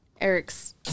Eric's